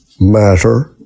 matter